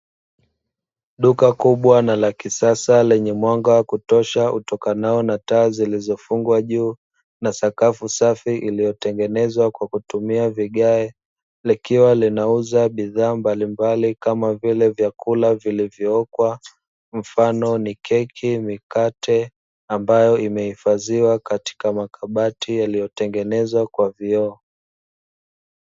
Duka kubwa na la kisasa lenye mwanga kutosha utokanao na taa zilizofungwa juu na sakafu safi iliyotengenezwa kwa kutumia vigae likiwa linauza bidhaa mbalimbali kama vile vyakula vilivyo okwa mfano ni; keki, mikate ambayo imehifadhiwa katika makabati yaliyotengenezwa kwa vyoo.